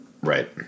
Right